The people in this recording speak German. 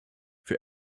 für